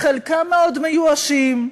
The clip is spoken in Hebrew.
חלקם מאוד מיואשים,